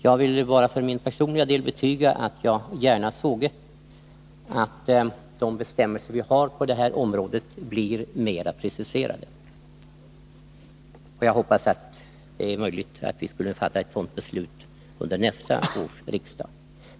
Jag vill bara för min personliga del betyga att jag gärna såge att de bestämmelser vi har på det här området bleve mera preciserade, och jag hoppas att det är möjligt att vi kan fatta ett sådant beslut under nästa års riksdag.